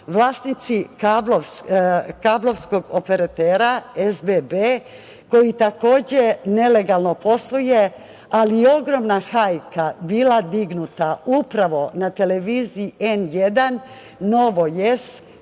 vlasnici kablovskog operatera SBB koji takođe nelegalno posluje, ali ogromna hajka bila je dignuta upravo na televiziji N1, Nova S,